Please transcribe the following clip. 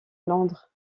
londres